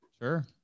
Sure